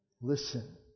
listen